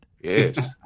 Yes